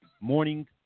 Morning